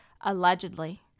allegedly